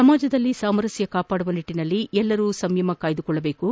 ಸಮಾಜದಲ್ಲಿ ಸಾಮರಸ್ತ ಕಾಪಾಡುವ ನಿಟ್ಟನಲ್ಲಿ ಎಲ್ಲರೂ ಸಂಯಮ ಕಾಯ್ದುಕೊಳ್ಳಬೇಕು